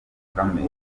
bakame